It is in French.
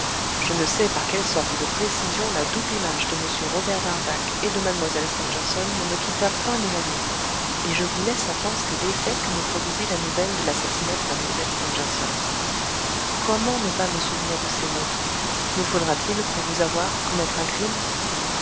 je ne sais par quelle sorte de prévision la double image de m robert darzac et de mlle stangerson ne me quitta point de la nuit et je vous laisse à penser l'effet que me produisit la nouvelle de l'assassinat de mlle stangerson comment ne pas me souvenir de ces mots me faudra-t-il pour vous avoir commettre un crime